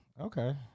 okay